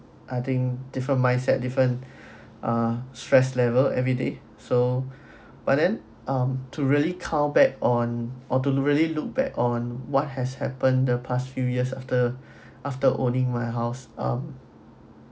I think different mindset different ah stress level every day so but then um to really count back on or to look really look back on what has happened in the past few years after after owning my house um